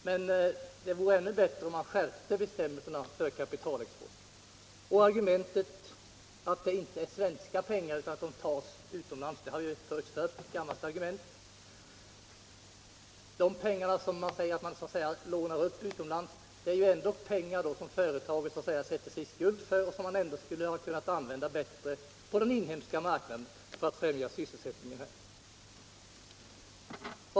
men det vore ännu bättre om man skärpte bestämmelserna för kapitalexporten. Argumentet att det inte är svenska pengar utan att de tas utomlands har vi hört förr. Det är ett gammalt argument. De pengar som man lånar upp utomlands är ändå pengar som företaget sätter sig I skuld för och som man skulle ha kunnat använda bättre på den inhemska marknaden för att befrämja sysselsättningen här hemma.